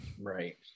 Right